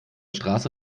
straße